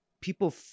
people